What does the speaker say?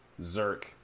zerk